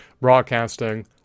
Broadcasting